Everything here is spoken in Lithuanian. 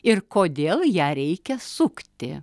ir kodėl ją reikia sukti